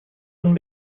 und